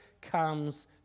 comes